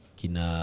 kina